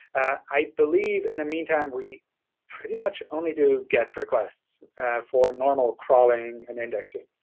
i believe in the meantime, we pretty much only do get requests for normal crawling and indexing.